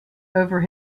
over